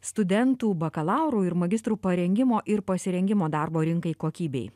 studentų bakalauro ir magistrų parengimo ir pasirengimo darbo rinkai kokybei